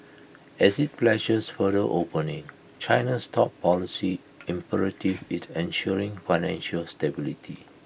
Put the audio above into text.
as IT pledges further opening China's top policy imperative is ensuring financial stability